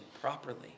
properly